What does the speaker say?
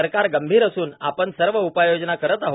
सरकार गंभीर असून आपण सर्व उपाययोजना करत आहे